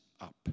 up